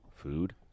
Food